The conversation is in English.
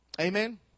Amen